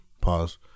Pause